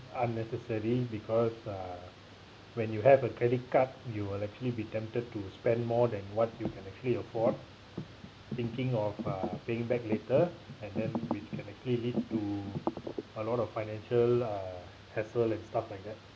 unnecessary because uh when you have a credit card you will actually be tempted to spend more than what you can actually afford thinking of uh paying back later and then which can actually lead to a lot of financial uh hassle and stuff like that